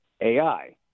AI